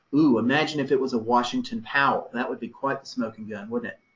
ooh, imagine if it was a washington powell, that would be quite the smoking gun, wouldn't it?